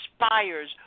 inspires